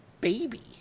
baby